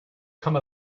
come